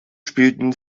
spielten